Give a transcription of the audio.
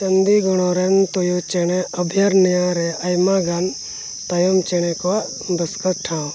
ᱪᱚᱱᱰᱤᱜᱚᱲᱚ ᱨᱮᱱ ᱛᱳᱭᱳ ᱪᱮᱬᱮ ᱚᱵᱷᱤᱭᱟᱱᱤᱭᱟ ᱨᱮ ᱟᱭᱢᱟᱜᱟᱱ ᱛᱟᱭᱚᱢ ᱪᱮᱬᱮ ᱠᱚᱣᱟᱜ ᱫᱚᱥᱟᱨ ᱴᱷᱟᱶ